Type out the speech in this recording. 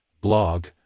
blog